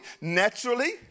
naturally